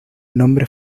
nombre